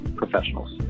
professionals